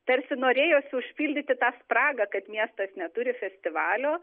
tarsi norėjosi užpildyti tą spragą kad miestas neturi festivalio